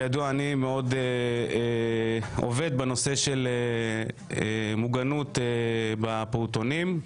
כשעבדתי על נושא המוגנות בפעוטונים,